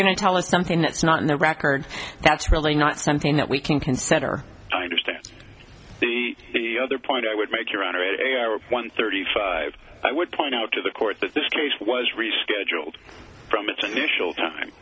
going to tell us something that's not in the record that's really not something that we can consider understand the other point i would make your honor at one thirty five i would point out to the court that this case was rescheduled from its initial time